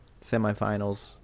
semifinals